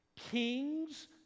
kings